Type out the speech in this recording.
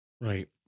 right